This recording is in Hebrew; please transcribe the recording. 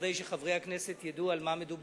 כדי שחברי הכנסת ידעו על מה מדובר,